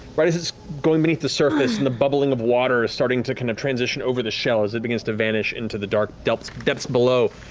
right as it's going beneath the surface, and the bubbling of water starting to kind of transition over the shell, as it begins to vanish into the dark depth depth below,